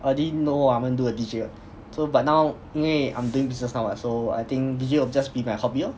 I already know what I wanna do a D_J what so but now 因为 I'm doing business now what so I think D_J will just be my hobby lor